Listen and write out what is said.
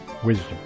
wisdom